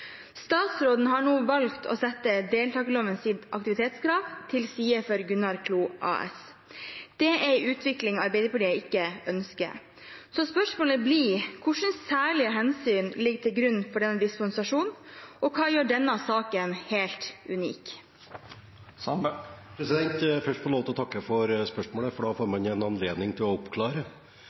Statsråden har nå valgt å sette deltakerlovens aktivitetskrav til side for Gunnar Klo AS. Dette er en utvikling Arbeiderpartiet ikke ønsker. Hvilke særlige hensyn ligger til grunn for denne dispensasjonen, og hva gjør denne saken helt unik?» Først vil jeg få takke for spørsmålet, for da får man en anledning til å oppklare.